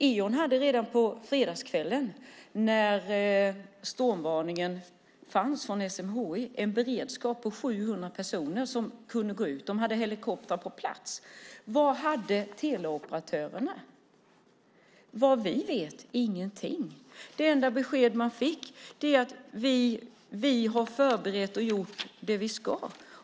Eon hade redan på fredagskvällen när stormvarningen kom från SMHI en beredskap på 700 personer som kunde gå ut. De hade helikoptrar på plats. Vad hade teleoperatörerna? Vad vi vet ingenting. Det enda besked vi fick var att de hade förberett och gjort vad de ska.